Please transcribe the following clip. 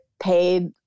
paid